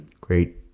Great